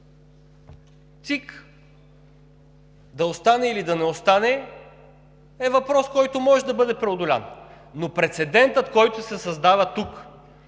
да остане или да не остане, е въпрос, който може да бъде преодолян. Прецедентът обаче, който се създава тук,